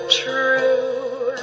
true